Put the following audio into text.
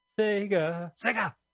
sega